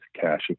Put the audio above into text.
cash